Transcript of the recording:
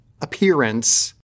appearance